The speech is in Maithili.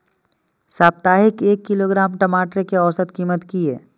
साप्ताहिक एक किलोग्राम टमाटर कै औसत कीमत किए?